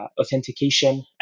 authentication